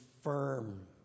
firm